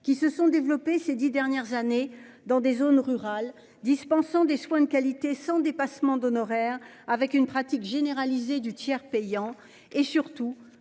qui se sont développées ces 10 dernières années dans des zones rurales dispensant des soins de qualité sans dépassement d'honoraires avec une pratique généralisée du tiers payant, et surtout